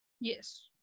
Yes